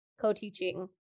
co-teaching